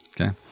okay